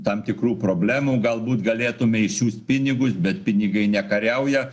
tam tikrų problemų galbūt galėtume išsiųst pinigus bet pinigai nekariauja